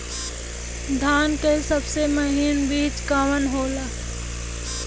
धान के सबसे महीन बिज कवन होला?